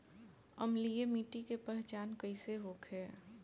अम्लीय मिट्टी के पहचान कइसे होखे?